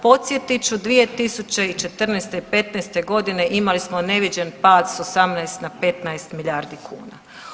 Podsjetit ću 2014., '15. godine imali smo neviđen pad s 18 na 15 milijardi kuna.